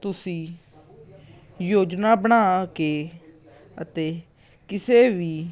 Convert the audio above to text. ਤੁਸੀਂ ਯੋਜਨਾ ਬਣਾ ਕੇ ਅਤੇ ਕਿਸੇ ਵੀ